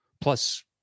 Plus